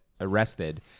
arrested